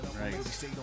right